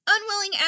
Unwilling